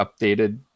updated